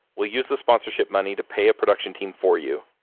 we'll use the sponsorship money to pay a production team for you,